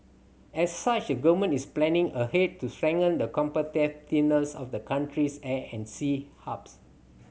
as such a Government is planning ahead to strengthen the competitiveness of the country's air and sea hubs